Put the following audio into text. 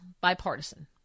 bipartisan